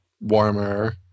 warmer